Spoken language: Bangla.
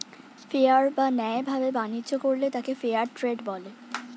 ফেয়ার বা ন্যায় ভাবে বাণিজ্য করলে তাকে ফেয়ার ট্রেড বলে